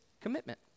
commitment